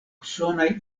usonaj